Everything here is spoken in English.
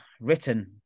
written